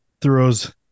throws